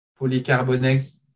polycarbonate